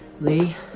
Lee